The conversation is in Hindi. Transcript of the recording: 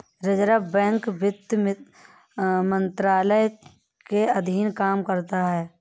रिज़र्व बैंक वित्त मंत्रालय के अधीन काम करता है